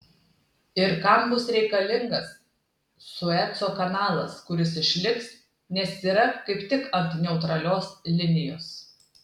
ir kam bus reikalingas sueco kanalas kuris išliks nes yra kaip tik ant neutralios linijos